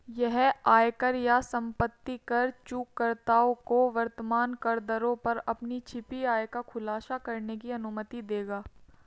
यह आयकर या संपत्ति कर चूककर्ताओं को वर्तमान करदरों पर अपनी छिपी आय का खुलासा करने की अनुमति देगा